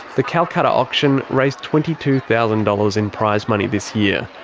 the calcutta auction raised twenty two thousand dollars in prize money this year.